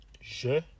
Je